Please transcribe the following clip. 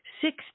six